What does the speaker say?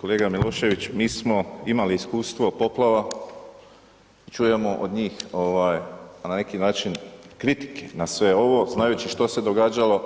Kolega Milošević mi smo imali iskustvo poplava, čujemo od njih ovaj, a na neki način kritike na sve ovo znajući što se događalo